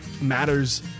matters